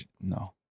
No